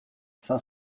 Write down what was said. cinq